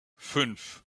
fünf